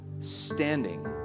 standing